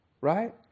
Right